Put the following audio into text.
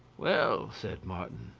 well, said martin,